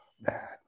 man